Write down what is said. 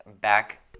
back